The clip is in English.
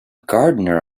gardener